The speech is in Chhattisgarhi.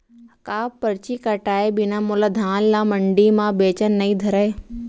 का परची कटाय बिना मोला धान ल मंडी म बेचन नई धरय?